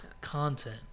Content